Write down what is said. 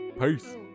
Peace